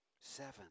Seven